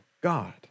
God